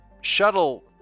shuttle